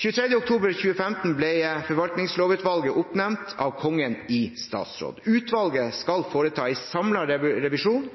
23. oktober 2015 ble Forvaltningslovutvalget oppnevnt av Kongen i statsråd. Utvalget skal foreta en samlet revisjon